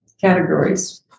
categories